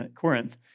Corinth